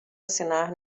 assinar